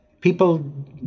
people